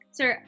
Sir